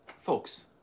folks